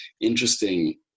interesting